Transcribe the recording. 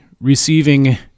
receiving